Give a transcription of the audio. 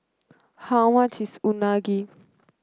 how much is Unagi